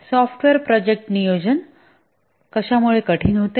software project नियोजन कशामुळे कठीण होते